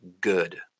good